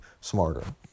smarter